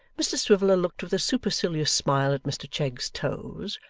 mr swiviller looked with a supercilious smile at mr chegg's toes,